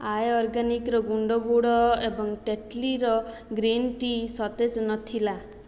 ଆର୍ୟ ଅର୍ଗାନିକ୍ର ଗୁଣ୍ଡ ଗୁଡ଼ ଏବଂ ଟେଟଲିର ଗ୍ରୀନ୍ ଟି ସତେଜ ନଥିଲା